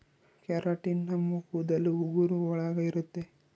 keratin ನಮ್ ಕೂದಲು ಉಗುರು ಒಳಗ ಇರುತ್ತೆ